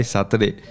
Saturday